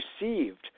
received